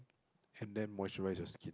and then moisturise your skin